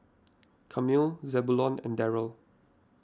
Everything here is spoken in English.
Camille Zebulon and Darryll